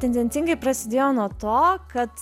tendencingai prasidėjo nuo to kad